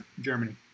Germany